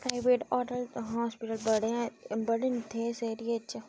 private hospital बड़े ऐं बड़े न इत्थे इस ऐरिये च